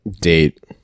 date